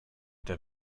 der